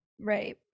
Right